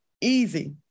easy